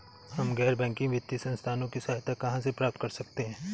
हम गैर बैंकिंग वित्तीय संस्थानों की सहायता कहाँ से प्राप्त कर सकते हैं?